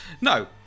No